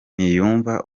ntiyumva